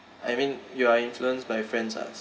I mean you are influenced by friends ah